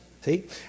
See